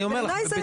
אני אומר לך,